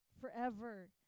forever